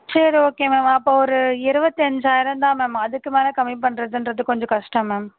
சரி okay ma'am அப்போது ஒரு இருபத்தஞ்சாயிரம் தான் மேம் அதுக்கு மேலே கம்மி பண்ணுறதுன்றது கொஞ்சம் கஷ்டம் மேம்